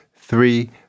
Three